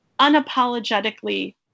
unapologetically